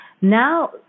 Now